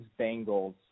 Bengals